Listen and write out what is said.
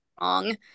wrong